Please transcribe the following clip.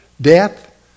death